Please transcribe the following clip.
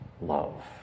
love